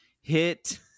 hit